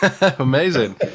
Amazing